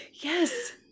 Yes